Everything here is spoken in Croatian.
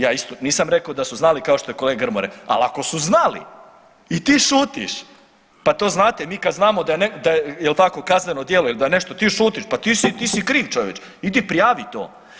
Ja nisam rekao da su znali kao što je kolega Grmoja rekao, ali ako su znali i ti šutiš, pa to znate mi kad znamo da je, jel tako kazneno djelo ili da je nešto, ti šutiš pa ti si, ti si kriv čovječe, idi prijavi to.